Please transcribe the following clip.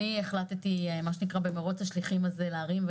אני החלטתי במרוץ השליחים הזה להרים את המקל